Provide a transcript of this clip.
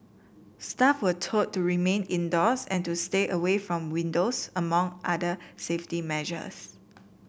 staff were told to remain indoors and to stay away from windows among other safety measures